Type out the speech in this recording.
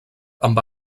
amb